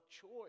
choice